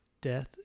death